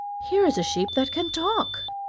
here is a sheep that can talk.